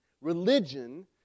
religion